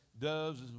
doves